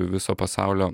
viso pasaulio